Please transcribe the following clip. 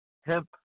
Hemp